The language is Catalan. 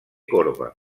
corba